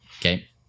Okay